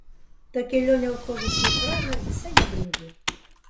ta kelionė autobusu į prahą visai nebrangi